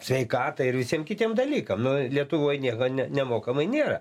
sveikatai ir visiem kitiem dalykam nu lietuvoj nieko nemokamai nėra